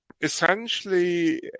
essentially